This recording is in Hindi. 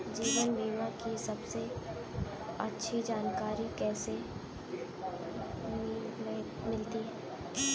जीवन बीमा की सबसे अच्छी जानकारी कैसे मिलेगी?